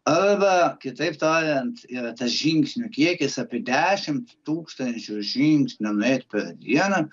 arba kitaip tariant yra tas žingsnių kiekis apie dešimt tūkstančių žingsnių nueit per dieną